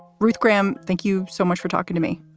ruth graham, thank you so much for talking to me.